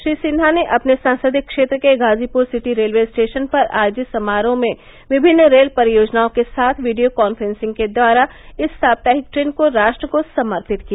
श्री सिन्हा ने अपने संसदीय क्षेत्र के गाजीपुर सिटी रेलवे स्टेशन पर आयोजित समारोह में विभिन्न रेल परियोजनाओं के साथ वीडियो कॉन्फ्रेंसिंग द्वारा इस साप्ताहिक ट्रेन को राष्ट्र को समर्पित किया